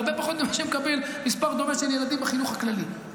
הרבה פחות מאשר נקבל מספר דומה של ילדים בחינוך הכללי,